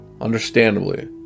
Understandably